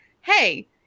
hey